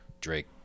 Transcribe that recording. Drake